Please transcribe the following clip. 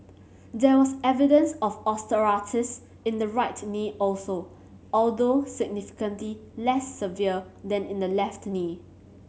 there was evidence of osteoarthritis in the right knee also although significantly less severe than in the left knee